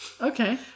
Okay